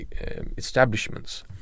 establishments